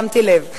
אני שמתי לב.